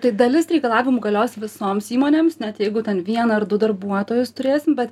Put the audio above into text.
tai dalis reikalavimų galios visoms įmonėms net jeigu ten vieną ar du darbuotojus turėsim bet